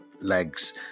legs